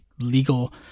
legal